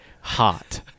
hot